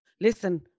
listen